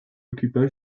occupa